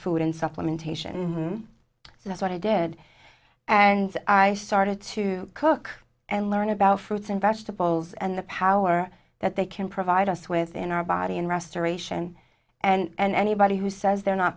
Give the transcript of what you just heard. food and supplementation so that's what i did and i started to cook and learn about fruits and vegetables and the power that they can provide us with in our body and restoration and anybody who says they're not